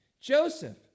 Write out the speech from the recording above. Joseph